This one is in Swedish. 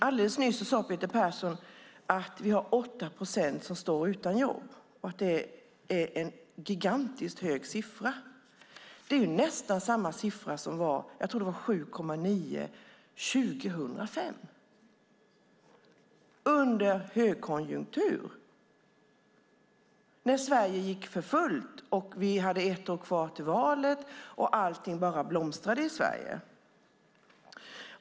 Alldeles nyss sade Peter Persson att vi har 8 procent som står utan jobb och att det är en gigantiskt hög siffra. Det är ju nästan samma siffra som 2005 - jag tror att det var 7,9 procent - under högkonjunktur, när Sverige gick för fullt, när vi hade ett år kvar till valet och allting bara blomstrade i Sverige.